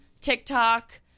tiktok